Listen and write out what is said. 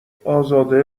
ازاده